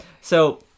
So-